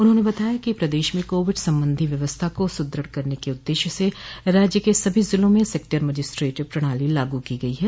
उन्होंने बताया कि प्रदेश में कोविड संबंधी व्यवस्था को सुदृढ़ करने के उद्देश्य से राज्य के सभी जिलों में सेक्टर मजिस्ट्रेट प्रणाली लागू की गई है